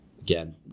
Again